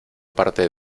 parte